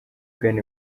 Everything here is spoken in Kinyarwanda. ugana